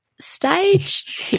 stage